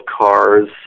cars